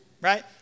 right